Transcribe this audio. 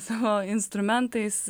savo instrumentais